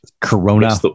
Corona